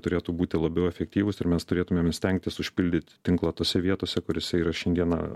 turėtų būti labiau efektyvūs ir mes turėtumėm stengtis užpildyt tinklą tose vietose kuriose yra šiandieną